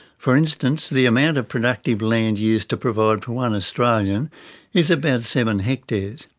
for instance the amount of productive land used to provide for one australian is about seven hectares.